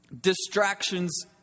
Distractions